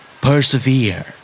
Persevere